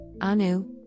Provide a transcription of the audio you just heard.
Anu